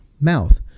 mouth